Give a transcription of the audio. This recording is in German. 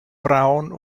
braun